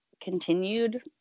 continued